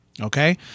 Okay